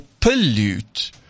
pollute